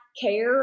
care